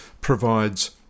provides